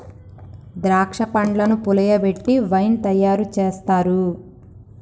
ద్రాక్ష పండ్లను పులియబెట్టి వైన్ తయారు చేస్తారు